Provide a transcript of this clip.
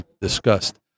discussed